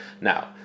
Now